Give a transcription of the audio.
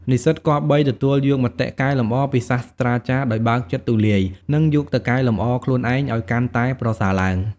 និស្សិតគប្បី ទទួលយកមតិកែលម្អពីសាស្រ្តាចារ្យដោយបើកចិត្តទូលាយ និងយកទៅកែលម្អខ្លួនឯងឱ្យកាន់តែប្រសើរឡើង។